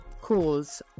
cause